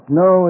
no